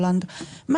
לא יודעת כמה,